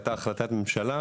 הייתה החלטת ממשלה.